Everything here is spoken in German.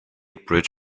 bridge